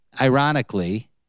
ironically